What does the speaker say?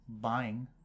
Buying